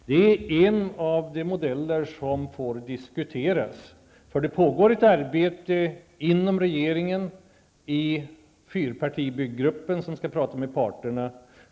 Det är en av de modeller som får diskuteras. Det pågår ett arbete inom regeringen, i fyrpartibyggruppen, som skall tala med parterna.